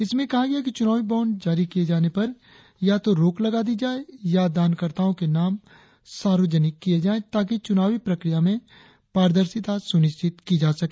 इसमें कहा गया है कि चुनावी बाण्ड जारी किए जाने पर या तो रोक लगा दी जाए या दानकर्ताओं के नाम सार्वजनिक किए जाए ताकि चुनावी प्रक्रिया में पारदर्शिता सुनिश्चित की जा सके